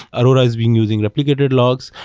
aurora has been using replicated logs.